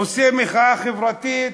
עושה מחאה חברתית,